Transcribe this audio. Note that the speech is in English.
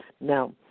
Now